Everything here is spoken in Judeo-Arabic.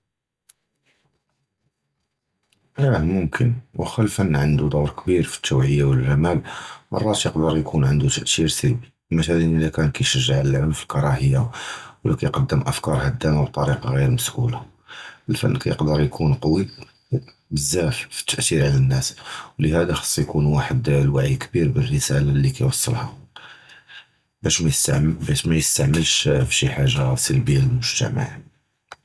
אִיָּא מֻכְנָה וְלָקִין הַפְּן עַנְדוּ דּוּר קְבִיר פִי הַתוּעִיַה וְהַגּ'מָאל, מְרַאת יְקְדַּר יְקוּן עַנְדוֹ אִתְתִ'יר סְלְבִּי, מִתְלָא אִלָּא קָאן יְשַּׁגְ'ע עַל הָעֻנְף הַקִּרַאה, וְלָא כִּיַּקְדֵּם אַפְכָּאר הֻדָּמָה בִּטְרִיקָה מֻעְרָפָה, הַפְּן כִּיַּקְדַּר יוֹקוּן קְוִיּ וּבְזַבַּא פִי הַתְּאַתִיר עַל הַנָּאס, וּלְהָדָּא חַאס יְקוּן וַחְד לְעוּי קְבִיר בְּלְרִסָאלָה לִי כִּיּוֹסַלְהָּהּ, בַּשּׁ מִיִּסְתַעְמַלְהּ בַּשּׁ מִיִּסְתַעְמַלְש פִי חַאגָּה סְלְבִּיָּה.